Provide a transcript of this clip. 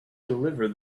deliver